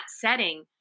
setting